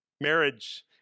Marriage